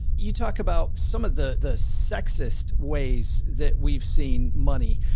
you talk about some of the the sexist ways that we've seen money.